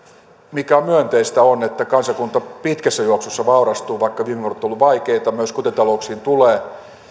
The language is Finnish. mikä on myönteistä on se että kansakunta pitkässä juoksussa vaurastuu vaikka viime vuodet ovat olleet vaikeita ja myös kotitalouksiin tulee